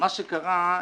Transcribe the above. מה שקרה,